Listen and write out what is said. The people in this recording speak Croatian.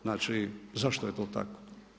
Znači zašto je to tako?